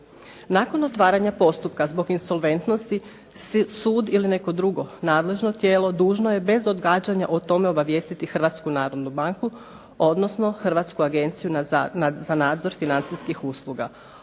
Nakon otvaranja postupka zbog insolventnosti sud ili neko drugo nadležno tijelo dužno je bez odgađanja o tome obavijestiti Hrvatsku narodnu banku odnosno Hrvatsku agenciju za nadzor financijskih usluga,